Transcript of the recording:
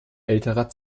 älterer